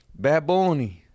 Baboni